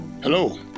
Hello